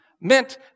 meant